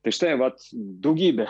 tai štai vat daugybė